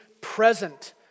present